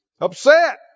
Upset